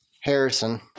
Harrison